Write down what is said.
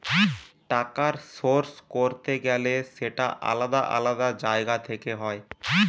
টাকার সোর্স করতে গেলে সেটা আলাদা আলাদা জায়গা থেকে হয়